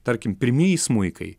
tarkim pirmieji smuikai